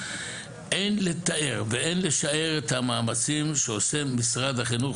אין לתאר ואין לשער את המאמצים שעושה משרד החינוך